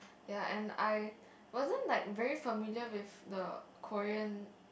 ya and I wasn't like very familiar with like the Korean